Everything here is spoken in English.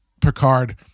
Picard